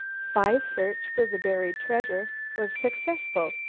phi's search for the buried treasure was successful,